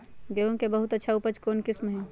गेंहू के बहुत अच्छा उपज कौन किस्म होई?